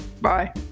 bye